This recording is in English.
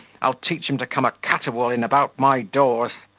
i'll teach him to come a caterwauling about my doors.